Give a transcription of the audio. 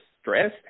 stress